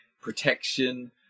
protection